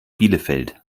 bielefeld